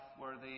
worthy